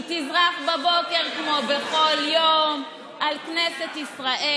היא תזרח בבוקר כמו בכל יום על כנסת ישראל,